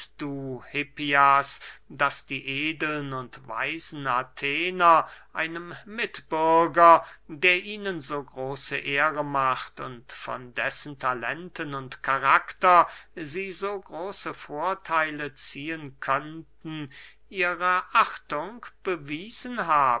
du hippias daß die edeln und weisen athener einem mitbürger der ihnen so große ehre macht und von dessen talenten und karakter sie so große vortheile ziehen könnten ihre achtung bewiesen